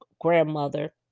grandmother